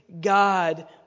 God